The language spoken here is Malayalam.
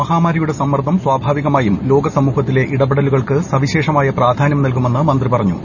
മഹാമാരിയുടെ സമ്മർദ്ദം സ്വാഭാവികമായും ലോകസമൂഹത്തിലെ ഇടപെടലുകൾക്ക് സവിശേഷമായ പ്രാധാനൃം നൽകുമെന്ന് മന്ത്രി പറഞ്ഞു